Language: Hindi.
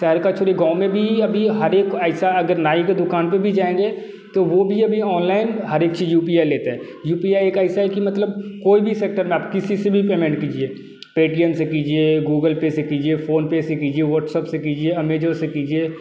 शहर का छोड़िए गाँव में भी अभी हर एक ऐसा अगर नाई को दुकान पर भी जाएंगे तो वो भी अभी ऑनलाइन हर एक चीज़ यू पी आई लेता है यू पी आई एक ऐसा है कि मतलब कोई भी सेक्टर में आप किसी से भी पेमेंट कीजिए पे टी एम से कीजिए गूगल पे से कीजिए फ़ोनपे से कीजिए व्हाट्सअप से कीजिए अमेजॉन से कीजिए